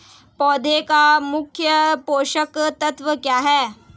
पौधे का मुख्य पोषक तत्व क्या हैं?